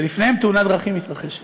ולפניהם תאונת דרכים מתרחשת.